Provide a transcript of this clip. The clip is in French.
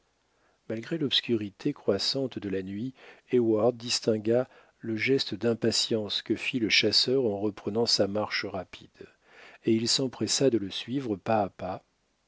malgré l'obscurité croissante de la nuit heyward distingua le geste d'impatience que fit le chasseur en reprenant sa marche rapide et il s'empressa de le suivre pas à pas